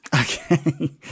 Okay